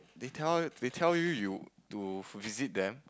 they tell they tell you you to visit them